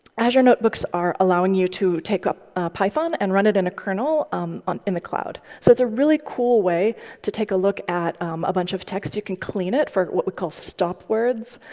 azure notebooks are allowing you to take up python and run it in a kernel um in in the cloud. so it's a really cool way to take a look at a bunch of text. you can clean it for what we call stop words.